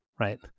Right